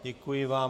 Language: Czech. Děkuji vám.